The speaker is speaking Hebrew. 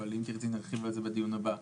אם תרצי נרחיב על זה בדיון הבא,